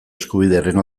eskubidearen